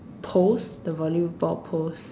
poles the volleyball poles